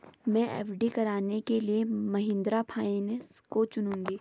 मैं एफ.डी कराने के लिए महिंद्रा फाइनेंस को चुनूंगी